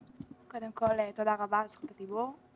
קודם כל תודה רבה על זכות הדיבור.